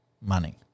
money